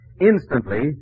Instantly